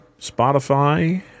Spotify